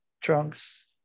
trunks